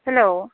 hello